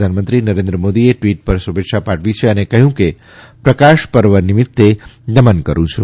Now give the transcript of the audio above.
પ્રધાનમંત્રીશ્રી નરેન્દ્ર મોદીએ ટ્વીટર પર શુભેચ્છાઓ પાઠવી છે અને કહ્યું કે પ્રકાશ પર્વ નિમિત્તે નમન કરૃં છું